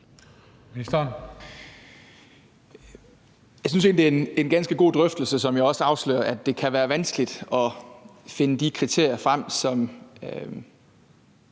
Jeg synes egentlig, at det er en ganske god drøftelse, som jo også afslører, at det kan være vanskeligt at finde de kriterier, som